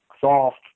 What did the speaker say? soft